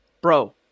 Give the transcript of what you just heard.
bro